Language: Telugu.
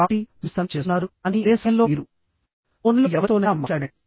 కాబట్టి మీరు సంజ్ఞ చేస్తున్నారు కానీ అదే సమయంలో మీరు ఫోన్లో ఎవరితోనైనా మాట్లాడండి